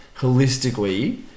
holistically